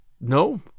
No